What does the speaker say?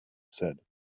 said